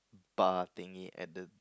parting it at the